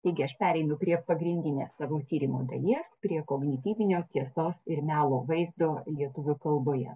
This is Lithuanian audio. taigi aš pereinu prie pagrindinės savo tyrimo dalies prie kognityvinio tiesos ir melo vaizdo lietuvių kalboje